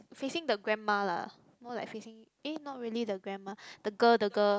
facing the grandma lah more like facing eh not really the grandma the girl the girl